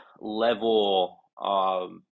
level